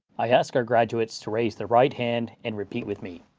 i ask our graduates to raise their right hand and repeat with me.